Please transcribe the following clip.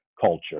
culture